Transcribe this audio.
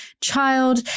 child